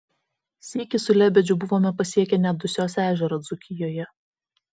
sykį su lebedžiu buvome pasiekę net dusios ežerą dzūkijoje